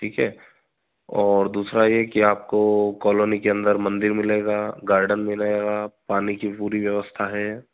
ठीक है और दूसरा ए कि आपको कॉलोनी के अन्दर मंदिर मिलेगा गार्डेन मिलेगा पानी की पूरी व्यवस्था है